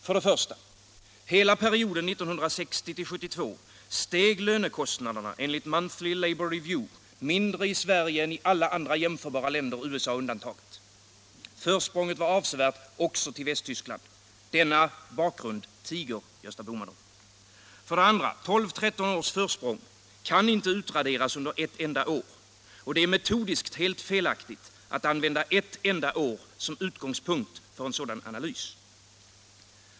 För det första: Hela perioden 1960-1972 steg lönekostnaderna enligt Monthly Labour Review mindre i Sverige än i alla jämförbara länder, USA undantaget. Försprånget var avsevärt också till Västtyskland. Denna bakgrund tiger herr Bohman om. För det andra: 12-13 års försprång kan inte utraderas under ett enda år. Det är metodiskt helt felaktigt att använda ett enda år som utgångspunkt för en sådan analys.